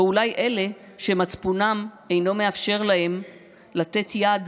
או אולי אלה שמצפונם אינו מאפשר להם לתת יד